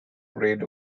red